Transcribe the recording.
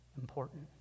important